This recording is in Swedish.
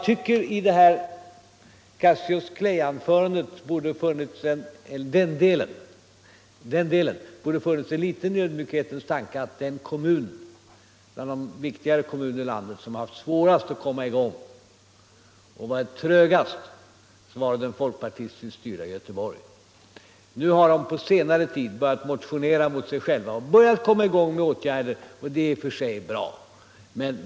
Men i den här Cassius Clay-delen borde det ha funnits med en liten ödmjukhetens tanke av herr Ahlmark om att en av de viktigare kommunerna i landet som haft svårast att komma i gång och varit trögast har varit det folkpartistiskt styrda Göteborg. Nu har de på senare tid börjat motionera mot sig själva och börjat komma i gång med åtgärder, och det är i och för sig bra.